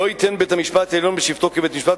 לא ייתן בית-המשפט העליון בשבתו כבית-משפט